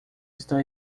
estão